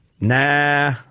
Nah